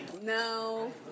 No